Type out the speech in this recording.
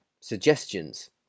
suggestions